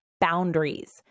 boundaries